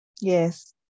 Yes